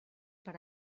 per